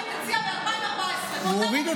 יאיר לפיד הציע ב-2014 באותה מתכונת.